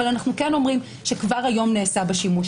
אבל אנו אומרים שכבר היום נעשה בה שימוש.